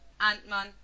Ant-Man